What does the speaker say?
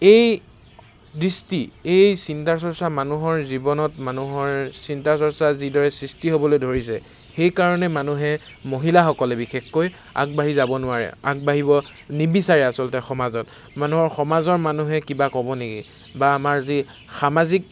এই দৃষ্টি এই চিন্তা চৰ্চা মানুহৰ জীৱনত মানুহৰ চিন্তা চৰ্চা যিদৰে সৃষ্টি হ'বলৈ ধৰিছে সেইকাৰণে মানুহে মহিলাসকলে বিশেষকৈ আগবাঢ়ি যাব নোৱাৰে আগবাঢ়িব নিবিচাৰে আচলতে সমাজত মানুহৰ সমাজৰ মানুহে কিবা ক'ব নেকি বা আমাৰ যি সামাজিক